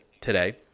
today